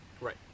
Right